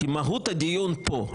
כי מהות הדיון פה,